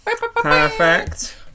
perfect